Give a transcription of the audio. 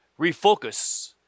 Refocus